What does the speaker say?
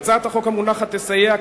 הצעת החוק המונחת תסייע,